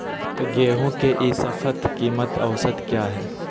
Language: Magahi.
गेंहू के ई शपथ कीमत औसत क्या है?